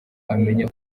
amenya